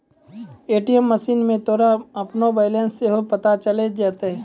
ATM मशीनो मे तोरा अपनो बैलेंस सेहो पता चलि जैतै